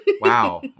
Wow